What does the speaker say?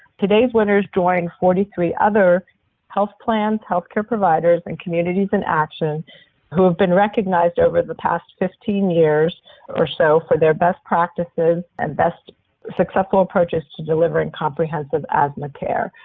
today's winners joined forty three other health plans, health care providers and communities in action who have been recognized over the past fifteen years or so for their best practices and best successful approaches to delivering comprehensive asthma care.